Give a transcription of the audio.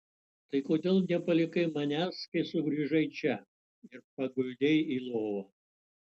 tai kodėl nepalikai manęs kai sugrįžai čia ir paguldei į lovą